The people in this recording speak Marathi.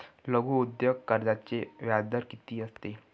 लघु उद्योग कर्जाचे व्याजदर किती असते?